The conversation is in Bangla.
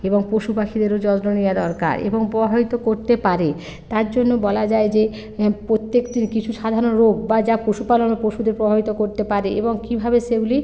এবং পশু পাখিদেরও যত্ন নেওয়া দরকার এবং প্রভাবিত করতে পারে তার জন্য বলা যায় যে প্রত্যেকটি কিছু সাধারণ রোগ বা যা পশুপালন ও পশুদের প্রভাবিত করতে পারে এবং কীভাবে সেগুলি